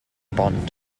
bont